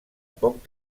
poc